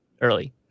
early